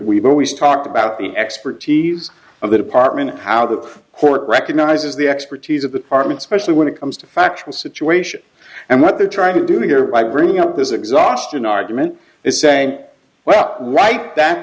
we've always talked about the expertise of the department how the court recognizes the expertise of the arm and specially when it comes to factual situation and what they're trying to do here by bringing up this exhaustion argument is saying well right that